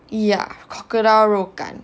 ya crocodile 肉干